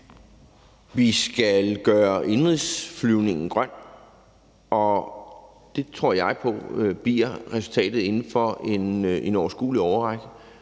Vi skal gøre indenrigsflyvningen grøn, og det tror jeg på bliver en realitet inden for en overskuelig årrække.